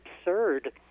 absurd